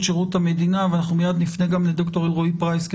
שירות המדינה ומיד נפנה גם לדוקטור שרון אלרעי פרייס.